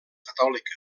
catòlica